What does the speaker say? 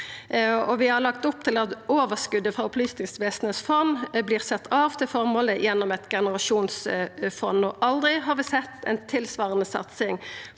Vi har lagt opp til at overskotet frå Opplysningsvesenets fond vert sett av til føremålet gjennom eit generasjonsfond. Aldri har vi sett ei tilsvarande satsing